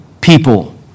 people